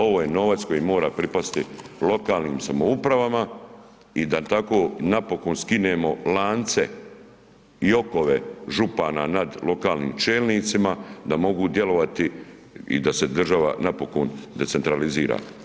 Ovo je novac koji mora pripasti lokalnim samoupravama i da tako napokon skinemo lance i okove župana nad lokalnim čelnicima da mogu djelovati i da se država napokon decentralizira.